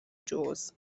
جزء